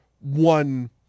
one